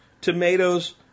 tomatoes